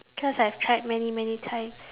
cause I've tried many many times